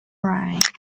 right